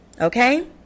Okay